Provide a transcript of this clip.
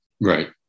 Right